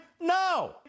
No